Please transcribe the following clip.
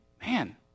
man